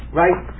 right